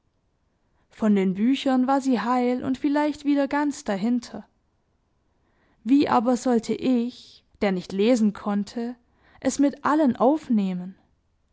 von den büchern war sie heil und vielleicht wieder ganz dahinter wie aber sollte ich der nicht lesen konnte es mit allen aufnehmen